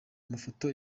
mafoto